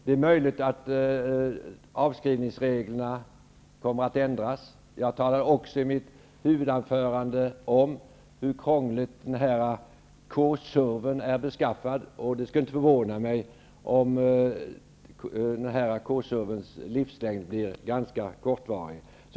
Det är möjligt att avskrivningsreglerna kommer att ändras. Jag talade i mitt huvudanförande om hur krångligt den här K surven är beskaffad. Det skulle inte förvåna mig om K-survens livslängd blir ganska kort.